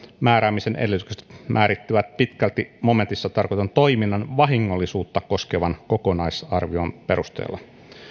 määräämisen edellytykset määrittyvät pitkälti momentissa tarkoitetun toiminnan vahingollisuutta koskevan kokonaisarvion perusteella